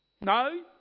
No